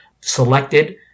selected